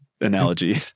analogy